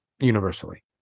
universally